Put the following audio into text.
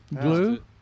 Glue